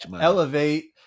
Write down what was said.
elevate